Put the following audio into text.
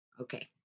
Okay